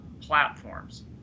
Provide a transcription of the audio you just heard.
platforms